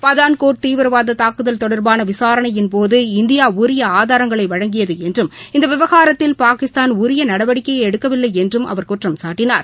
பதான்கோட் தீவிரவாத தாக்குதல் தொடர்பாள விசாரணையின் போது இந்தியா உரிய ஆதாரங்களை வழங்கியது என்றும் இந்த விவகாரத்தில் பாகிஸ்தான் உரிய நடவடிக்கையை எடுக்கவில்லை என்றும் அவர் குற்றம் சாட்டினார்